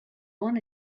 wanna